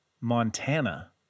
Montana